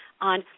on